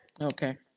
Okay